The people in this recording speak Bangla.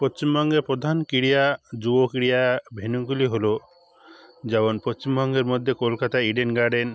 পশ্চিমবঙ্গে প্রধান ক্রিয়া যুব ক্রিয়া ভেনুগুলি হল যেমন পশ্চিমবঙ্গের মধ্যে কলকাতা ইডেন গার্ডেন